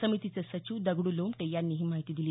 समितीचे सचिव दगडू लोमटे यांनी ही माहिती दिली